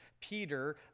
Peter